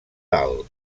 dalt